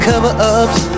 Cover-ups